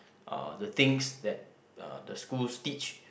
uh the things that the schools teach